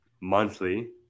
monthly